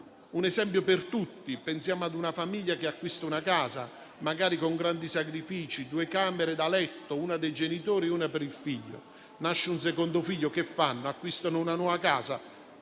un esempio per tutti. Pensiamo a una famiglia che acquista una casa, magari con grandi sacrifici, composta da due camere da letto, una per i genitori e una per il figlio. Quando nasce il secondo figlio cosa fa? Acquista una nuova casa?